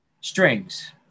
Strings